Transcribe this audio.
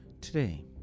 today